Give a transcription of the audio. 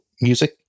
music